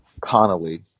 Connolly